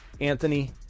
Anthony